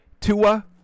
Tua